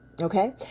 okay